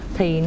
Thì